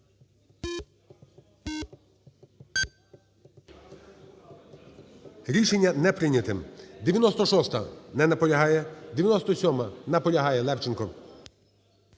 Рішення не прийняте. 96-а. Не наполягає. 97-а. Наполягає. Левченко.